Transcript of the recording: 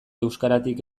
euskaratik